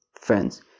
Friends